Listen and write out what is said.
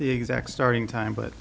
the exact starting time but